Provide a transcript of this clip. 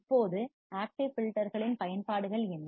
இப்போது ஆக்டிவ் ஃபில்டர்களின் பயன்பாடுகள் என்ன